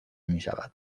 میشود